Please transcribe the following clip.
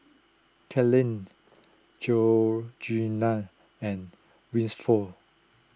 Kathaleen Georgeanna and Winford